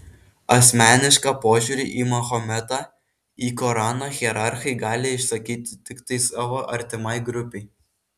asmenišką požiūrį į mahometą į koraną hierarchai gali išsakyti tiktai savo artimai grupei